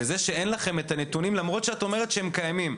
זה שאין לכם את הנתונים למרות שאת אומרת שהם קיימים,